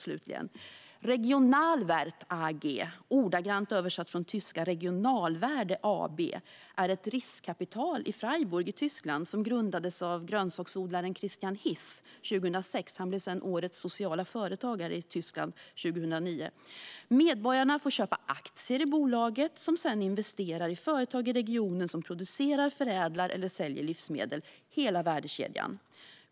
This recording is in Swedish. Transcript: Regionalwert AG, ordagrant översatt från tyska Regionalvärde AB, är ett riskkapitalbolag i Freiburg i Tyskland som grundades av grönsaksodlaren Christian Hiss 2006. Han blev sedan årets sociala företagare i Tyskland 2009. Medborgarna får köpa aktier i bolaget, som sedan investerar i företag i regionen som producerar, förädlar eller säljer livsmedel - hela värdekedjan.